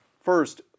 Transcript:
First